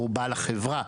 או בעל החברה,